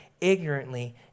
ignorantly